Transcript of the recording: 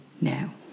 now